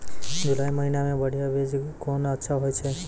जुलाई महीने मे बढ़िया बीज कौन अच्छा होय छै?